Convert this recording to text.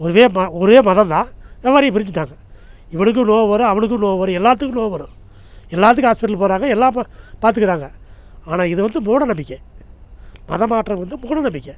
ஒரே ம ஒரே மதம் தான் வெவ்வேறையாக பிரிஞ்சுட்டாங்க இவனுக்கு நோவு வரும் அவனுக்கும் நோவு வரும் எல்லாத்துக்கும் நோவு வரும் எல்லாத்துக்கும் ஹாஸ்ப்பிடல் போகிறாங்க எல்லா ப பார்த்துக்கிறாங்க ஆனால் இது வந்து மூடநம்பிக்கை மதம் மாற்றம் வந்து மூடநம்பிக்கை